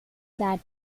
that